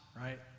right